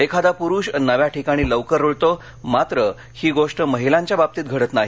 एखादा पुरुष नव्या ठिकाणी लवकर रुळतोमात्र ही गोष्ट महिलांच्या बाबतीत घडत नाही